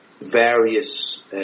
various